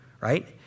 right